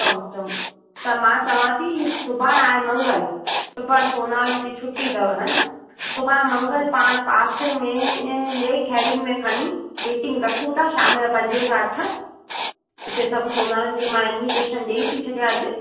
चओ चओ त मां चवा थी सुभाणे आहे मंगलु सुबुह सोनारनि जी छुट्टी अथव हा न सुभाणे मंगलु पाण पासे में लेक हैवन में खणी मीटिंग रखू था शाम जो पंजे खां अठ उते सभ सोनारनि खे मां इनविटेशन ॾेई थी छॾियां अॼु